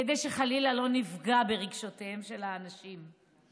כדי שחלילה לא נפגע ברגשותיהם של האנשים,